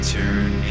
turn